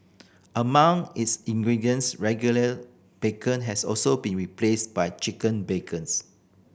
among its ingredients regular bacon has also been replaced by chicken bacons